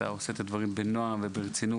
אתה עושה את הדברים בנועם וברצינות.